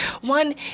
one